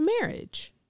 marriage